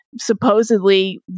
supposedly